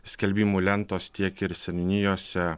skelbimų lentos tiek ir seniūnijose